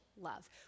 love